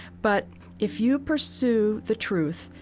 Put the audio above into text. but if you pursue the truth,